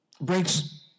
breaks